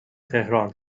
تهران